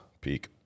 peak